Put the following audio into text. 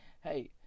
hey